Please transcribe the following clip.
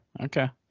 Okay